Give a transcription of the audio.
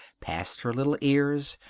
past her little ears,